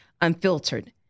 unfiltered